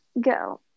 Go